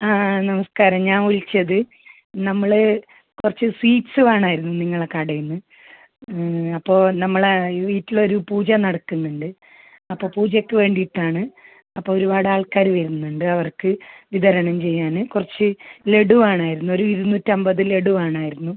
ആ ആ നമസ്കാരം ഞാൻ വിളിച്ചത് നമ്മൾ കുറച്ച് സ്വീറ്റ്സ് വേണമായിരുന്നു നിങ്ങളെ കടെന്ന് അപ്പോൾ നമ്മൾ വീട്ടിലൊരു പൂജ നടക്കുന്നുണ്ട് അപ്പോൾ പൂജയ്ക്ക് വേണ്ടീട്ടാണ് അപ്പോൾ ഒരുപാട് ആൾക്കാർ വരുന്നുണ്ട് അവർക്ക് വിതരണം ചെയ്യാൻ കുറച്ച് ലഡു വേണമായിരുന്നു ഒരു ഇരുന്നൂറ്റൻപത് ലഡു വേണമായിരുന്നു